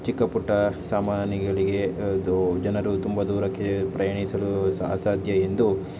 ಚಿಕ್ಕ ಪುಟ್ಟ ಸಾಮಾನುಗಳಿಗೆ ಇದು ಜನರು ತುಂಬ ದೂರಕ್ಕೆ ಪ್ರಯಾಣಿಸಲು ಸ ಅಸಾಧ್ಯ ಎಂದು